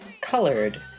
colored